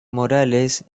morales